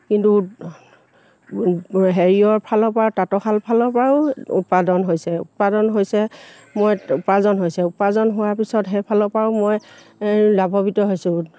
কিন্তু হেৰিয়ৰ ফালৰ পৰা তাঁতৰ শাল ফালৰ পৰাও উৎপাদন হৈছে উৎপাদন হৈছে মই উপাৰ্জন হৈছে উপাৰ্জন হোৱাৰ পিছত সেইফালৰ পৰাও মই লাভৱিত হৈছোঁ